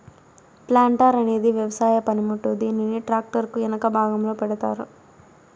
planter అనేది వ్యవసాయ పనిముట్టు, దీనిని ట్రాక్టర్ కు ఎనక భాగంలో పెడతారు